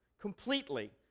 completely